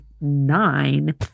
nine